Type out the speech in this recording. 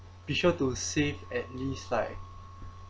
be sure to save at least like